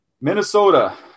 Minnesota